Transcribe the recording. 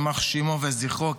יימח שמו וזכרו,